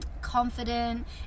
confident